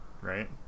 right